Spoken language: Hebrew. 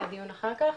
סה הדיון אחר כך,